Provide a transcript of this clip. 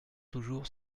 toujours